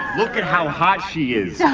look at how hot she is! yeah